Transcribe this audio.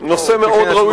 לדיון.